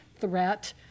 threat